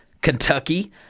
Kentucky